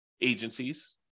agencies